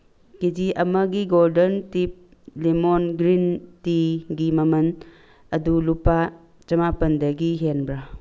ꯀꯦ G ꯑꯃꯒꯤ golden tip lemon green ꯇꯤꯒꯤ ꯃꯃꯜ ꯑꯗꯨ ꯂꯨꯄꯥ ꯆꯃꯥꯄꯜꯗꯒꯤ ꯍꯦꯟꯕ꯭ꯔꯥ